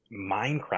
Minecraft